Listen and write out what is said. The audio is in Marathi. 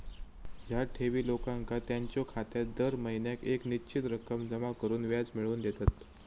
ह्या ठेवी लोकांका त्यांच्यो खात्यात दर महिन्याक येक निश्चित रक्कम जमा करून व्याज मिळवून देतत